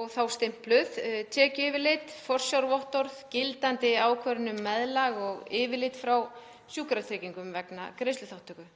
og þá stimpluð, tekjuyfirlit, forsjárvottorð, gildandi ákvörðun um meðlag og yfirlit frá sjúkratryggingum vegna greiðsluþátttöku.